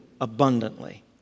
abundantly